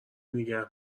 نگه